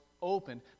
opened